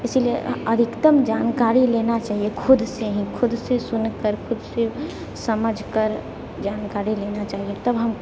इसीलिए अधिकतम जानकरी लेना चाहिअऽ खुदसँ ही खुदसँ सुनिकऽ खुदसँ समझिकऽ जानकारी लेना चाहिअऽ तब हम